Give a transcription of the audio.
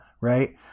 right